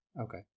Okay